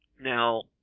Now